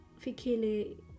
Fikile